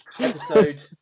episode